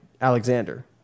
Alexander